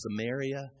Samaria